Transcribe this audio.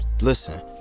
Listen